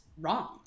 wrong